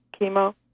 chemo